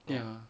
ya